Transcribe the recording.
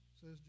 says